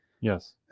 Yes